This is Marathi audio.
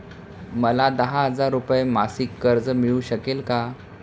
मला दहा हजार रुपये मासिक कर्ज मिळू शकेल का?